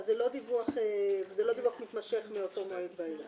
זה לא דיווח מתמשך מאותו מועד ואילך.